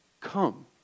come